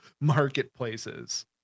marketplaces